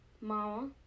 Mama